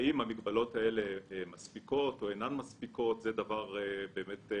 האם המגבלות האלו מספיקות או אינן מספיקות - זה דבר לכנסת.